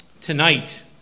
tonight